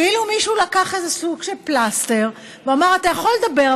כאילו מישהו לקח איזה סוג של פלסטר ואמר: אתה יכול לדבר,